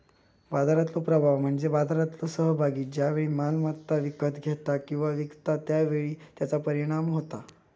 बाजारातलो प्रभाव म्हणजे बाजारातलो सहभागी ज्या वेळी मालमत्ता विकत घेता किंवा विकता त्या वेळी त्याचा परिणाम होता